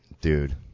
dude